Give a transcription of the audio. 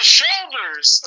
shoulders